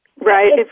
Right